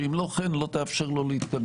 שאם לא כן לא תאפשר לו להתקדם.